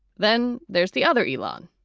then there's the other elong,